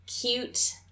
cute